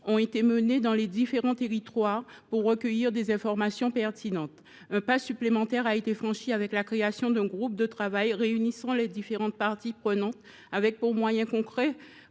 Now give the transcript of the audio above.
ont été menées dans les différents territoires pour recueillir des informations pertinentes. Un pas supplémentaire a été franchi avec la création d’un groupe de travail réunissant les différentes parties prenantes avec pour objectif concret